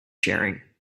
sharing